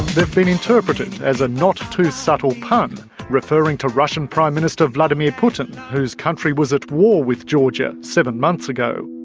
they've been interpreted as a not too subtle pun referring to russian prime minister vladimir putin whose country was at war with georgia seven months ago.